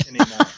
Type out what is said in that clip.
anymore